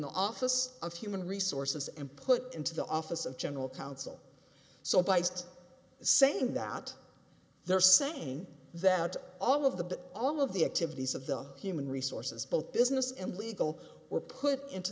the office of human resources and put into the office of general counsel so by just saying that they're saying that all of the all of the activities of the human resources both business and legal were put into